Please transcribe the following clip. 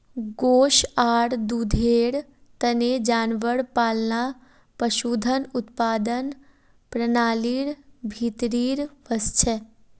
गोस आर दूधेर तने जानवर पालना पशुधन उत्पादन प्रणालीर भीतरीत वस छे